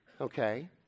okay